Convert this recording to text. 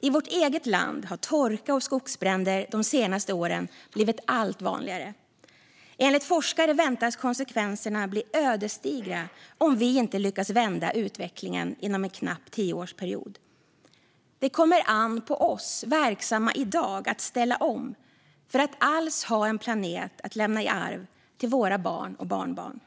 I vårt eget land har torka och skogsbränder de senaste åren blivit allt vanligare. Enligt forskare väntas konsekvenserna bli ödesdigra om vi inte lyckas vända utvecklingen inom en knapp tioårsperiod. Det kommer an på oss verksamma i dag att ställa om för att alls ha en planet att lämna i arv till våra barn och barnbarn.